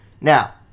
Now